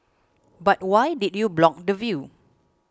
but why did you block the view